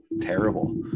terrible